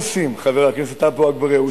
חבר הכנסת עפו אגבאריה: מה אנחנו עושים?